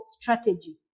strategy